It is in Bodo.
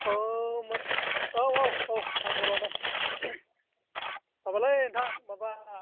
अ औ औ औ आं बर'आनो माबालै नोंथां माबा